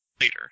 later